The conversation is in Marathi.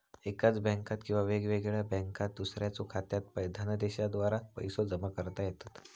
एकाच बँकात किंवा वेगळ्या बँकात दुसऱ्याच्यो खात्यात धनादेशाद्वारा पैसो जमा करता येतत